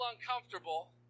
uncomfortable